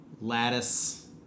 Lattice